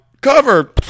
cover